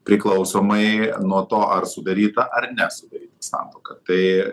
priklausomai nuo to ar sudaryta ar ne sudaryti santuoką tai